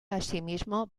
asimismo